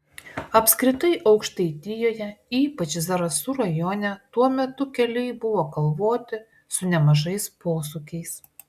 apskritai aukštaitijoje ypač zarasų rajone tuo metu keliai buvo kalvoti su nemažais posūkiais